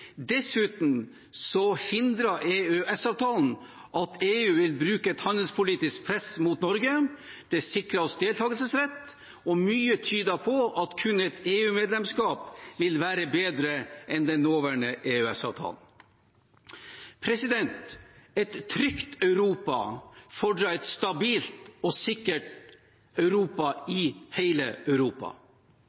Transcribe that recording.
Dessuten hindrer EØS-avtalen at EU vil bruke et handelspolitisk press mot Norge, det sikrer oss deltakelsesrett, og mye tyder på at kun et EU-medlemskap vil være bedre enn den nåværende EØS-avtalen. Et trygt Europa fordrer et stabilt og sikkert Europa i hele Europa.